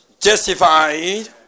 justified